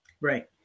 Right